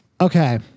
Okay